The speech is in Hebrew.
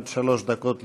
עד שלוש דקות לרשותך.